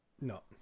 No